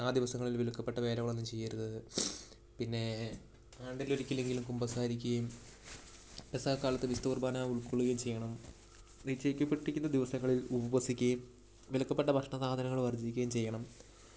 ആ ദിവസങ്ങളിൽ വിലക്കപ്പെട്ട കാര്യങ്ങളൊന്നും ചെയ്യരുത് പിന്നെ ആണ്ടിലൊരിക്കലെങ്കിലും കുമ്പസാരിക്കയും ദസറ കാലത്ത് വിസ്തുകുർബാന ഉൾക്കൊള്ളുകയും ചെയ്യണം നിശ്ചയിക്കപ്പെട്ടിരിക്കുന്ന ദിവസങ്ങളിൽ ഉപവസിക്കുകയും വിലക്കപ്പെട്ട ഭക്ഷണ സാധനങ്ങൾ വർജിക്കയും ചെയ്യണം